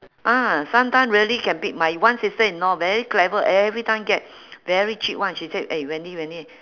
ah sometime really can pick my you one sister in law very clever every time get very cheap [one] she say eh wendy wendy